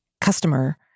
customer